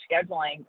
scheduling